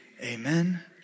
amen